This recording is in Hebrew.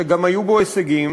שגם היו בו הישגים,